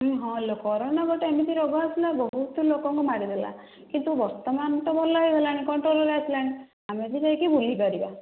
ହଁ hello corona ଗୋଟିଏ ଏମିତି ରୋଗ ଆସିଲା ବହୁତ ଲୋକଙ୍କୁ ମାରିଦେଲା କିନ୍ତୁ ବର୍ତ୍ତମାନ ତ ଭଲ ହୋଇଗଲାଣି କଣ୍ଟ୍ରୋଲରେ ହୋଇ ଆସିଲାଣି ଆମେବି ଯାଇକି ବୁଲି ପାରିବା